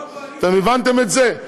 אתם הבנתם את זה?